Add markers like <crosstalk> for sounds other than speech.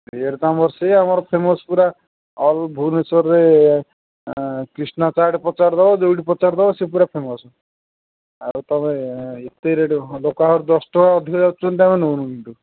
rate ତ ଆମର ସେଇ ଆମର ଫେମସ୍ ପୁରା ଅଲ୍ ଭୁବେନେଶ୍ୱରରେ କ୍ରିଷ୍ଣା ଚାଟ୍ ଯେଉଁଠି ପଚାରି ଦେବେ ସେ ପୁରା ଫେମସ୍ ଆଉ ତମେ ଏତେ ରେଟ୍ <unintelligible> ଲୋକ ଆହୁରି ଦଶ ଟଙ୍କା ଅଧିକ ଯାଚୁଛନ୍ତି ଆମେ ନଉନୁ କିନ୍ତୁ